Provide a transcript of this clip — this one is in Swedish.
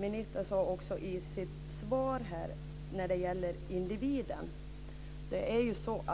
Ministern tog också upp individen i sitt svar.